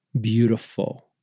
beautiful